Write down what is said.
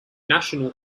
national